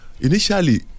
Initially